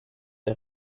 der